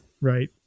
right